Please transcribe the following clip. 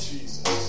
Jesus